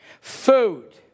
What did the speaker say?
food